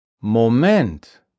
Moment